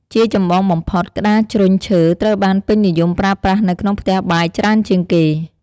ជាចម្បងបំផុត ក្ដារជ្រញ់ឈើត្រូវបានពេញនិយមប្រើប្រាស់នៅក្នុងផ្ទះបាយច្រើនជាងគេ។